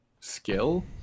skill